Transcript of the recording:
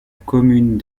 commune